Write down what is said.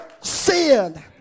sin